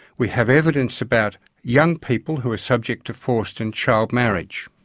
we have evidence about young people who are subject to forced and child marriage.